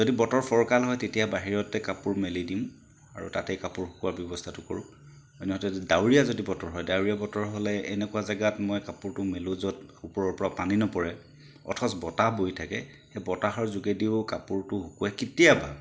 যদি বতৰ ফৰকাল হয় তেতিয়া বাহিৰতে কাপোৰ মেলি দিওঁ আৰু তাতেই কাপোৰ শুকুওৱাৰ ব্যৱস্থাটো কৰোঁ আনহাতে ডাৱৰীয়া যদি বতৰ হয় ডাৱৰীয়া বতৰ হ'লে এনেকুৱা জেগাত মই কাপোৰটো মেলোঁ য'ত ওপৰৰ পৰা পানী নপৰে অথচ বতাহ বৈ থাকে বতাহৰ যোগেদিও কাপোৰটো শুকুৱাই কেতিয়াবা